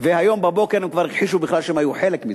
והיום בבוקר הם כבר הכחישו בכלל שהם היו חלק מזה.